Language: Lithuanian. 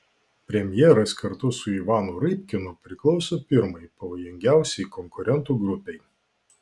premjeras kartu su ivanu rybkinu priklauso pirmai pavojingiausiai konkurentų grupei